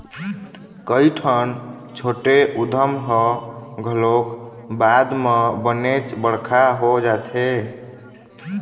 कइठन छोटे उद्यम ह घलोक बाद म बनेच बड़का हो जाथे